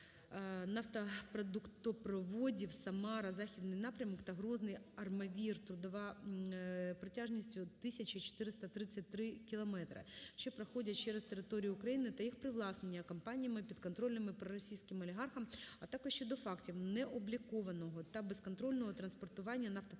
нафтопродуктопроводів Самара - Західний напрямок та Грозний - Армавір - Трудова протяжністю 1433 кілометри, що проходять через територію України, та їх привласнення компаніями, підконтрольними проросійським олігархам, а також щодо фактів необлікованого та безконтрольного транспортування нафтопродуктів